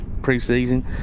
preseason